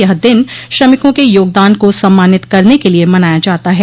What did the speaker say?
यह दिन श्रमिकों के योगदान को सम्मानित करने के लिये मनाया जाता है